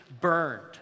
burned